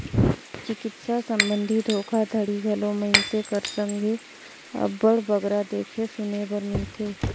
चिकित्सा संबंधी धोखाघड़ी घलो मइनसे कर संघे अब्बड़ बगरा देखे सुने बर मिलथे